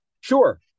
Sure